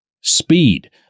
speed